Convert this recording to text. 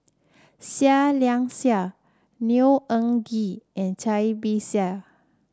Seah Liang Seah Neo Anngee and Cai Bixia